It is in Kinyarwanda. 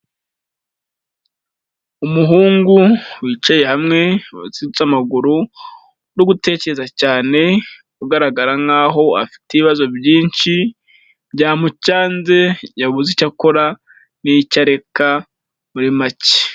Umuhungu wicaye hamwe, baziritse amaguru, uri gutekereza cyane ugaragara nkaho afite ibibazo byinshi, byamucanze, yabuze icyo akora n'icyo areka muri make.